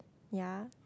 ya